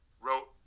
wrote